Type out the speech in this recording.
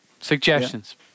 suggestions